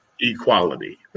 equality